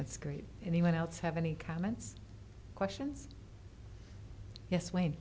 that's great anyone else have any comments questions yes wayne